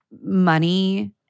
money